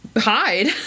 hide